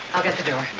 i'll get the door.